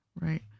Right